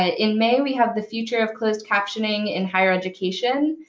ah in may, we have the future of closed captioning in higher education,